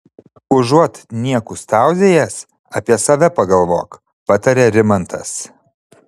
užuot niekus tauzijęs apie save pagalvok patarė rimantas